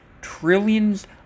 trillions